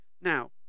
Now